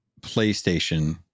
PlayStation